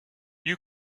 you